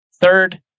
Third